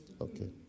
Okay